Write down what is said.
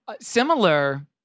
similar